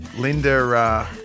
Linda